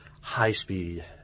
high-speed